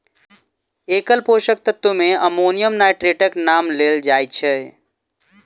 एकल पोषक तत्व मे अमोनियम नाइट्रेटक नाम लेल जाइत छै